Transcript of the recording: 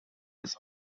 his